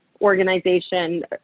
organization